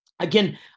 again